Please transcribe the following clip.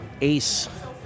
Ace